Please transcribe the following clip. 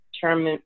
term